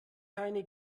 keine